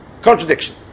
Contradiction